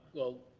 well,